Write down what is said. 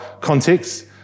context